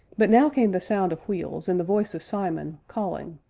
but now came the sound of wheels and the voice of simon, calling,